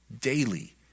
daily